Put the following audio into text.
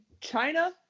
China